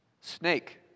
Snake